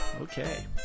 okay